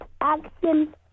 action